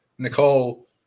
Nicole